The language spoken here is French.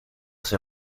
ces